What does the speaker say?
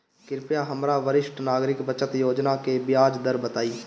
कृपया हमरा वरिष्ठ नागरिक बचत योजना के ब्याज दर बताइं